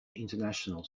international